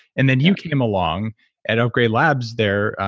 and then you came along at upgrade labs there,